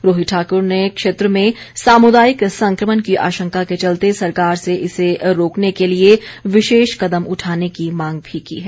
रोहित ठाकुर ने क्षेत्र में सामुदायिक संक्रमण की आशंका के चलते सरकार से इसे रोकने के लिए विशेष कदम उठाने की मांग भी की है